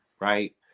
right